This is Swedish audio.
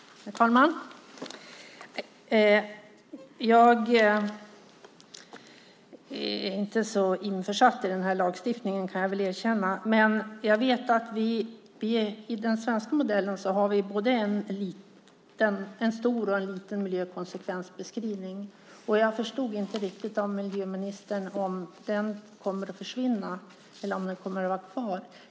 Herr talman! Jag är inte så insatt i den här lagstiftningen, kan jag väl erkänna, men jag vet att i den svenska modellen har vi både en stor och en liten miljökonsekvensbeskrivning. Jag förstod inte riktigt av miljöministern om den kommer att försvinna eller om den kommer att vara kvar.